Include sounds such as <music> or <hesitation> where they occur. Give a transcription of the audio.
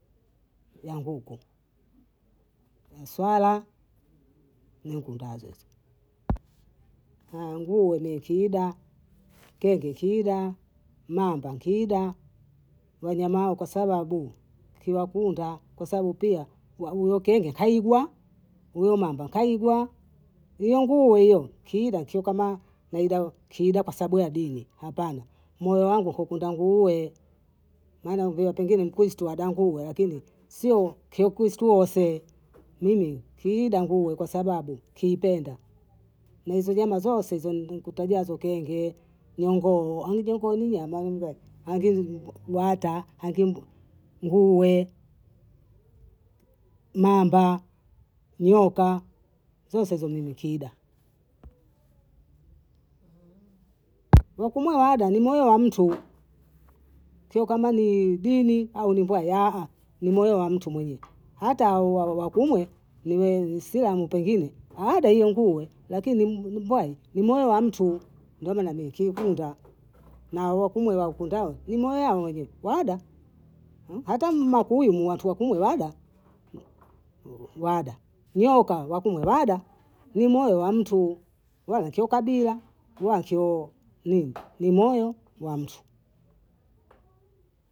Ya nguku. ya swala nikundazo hizo <noise> na ngue mie chida, kenge chida, mamba nkida wanyama hao kwasababu kila kunda kwa sababu pia ya uyo kenge kaigwa, uyo mamba kaigwa, uyo ngue iyo kida kiukama maidao kida kwa sabu ya dini hapana, moyo wangu hakuenda ngue wala ngue pengine mkristu adangu uyu lakini sio kikristu woose mimi kida ngue kwa sababu kiipenda, na hizo nyama zose hizo nikutajazo kenge, ni ngoo ango tikoli nyama ngue ange <hesitation> wata ange mbwe ngue, mamba, nyoka zose hizo mimi kida <noise> Nakumue ada ni moyo wa mtu syo kwamba ni dini au ni mbwai aah, ni moyo wa mtu mwenyewe hata hao wa komwe niweng sila mpengine ada iyo ngue lakini ni- nim- mbwai ni moyo wa mtu mbona namiliki nkunda <noise> na hao wakumwela wakundao ni moyo wangwili lada <hesitation> hata mmakuyi mlatuakumwe lada <noise> lada leoka wakumwe lada ni moyo wa mtu we ukiukabila yachyoo nini ni moyo wa mtu